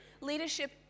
Leadership